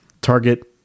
target